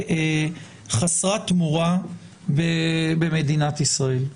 חסרת מורא במדינת ישראל.